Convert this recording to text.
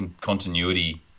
continuity